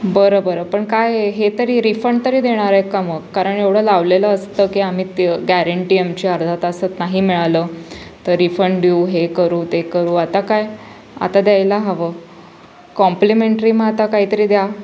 बरं बरं पण काय हे तरी रिफंड तरी देणार आहेत का मग कारण एवढं लावलेलं असतं की आम्ही ती गॅरेंटी आमची अर्धा तासात नाही मिळालं तर रिफंड देऊ हे करू ते करू आता काय आता द्यायला हवं कॉम्प्लिमेंटरी मग आता कायतरी द्या